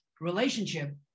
relationship